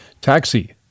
Taxi